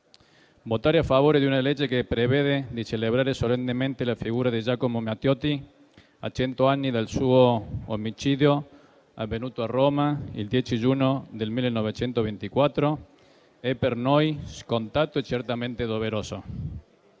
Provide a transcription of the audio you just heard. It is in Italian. Votare a favore di una legge che prevede di celebrare solennemente la figura di Giacomo Matteotti a cento anni dal suo omicidio, avvenuto a Roma il 10 giugno del 1924, è per noi scontato e certamente doveroso.